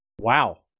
Wow